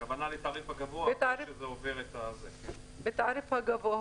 הכוונה היא לתעריף הגבוה אחרי שזה עובר את --- בתעריף הגבוה.